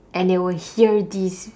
and they will hear this